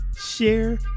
share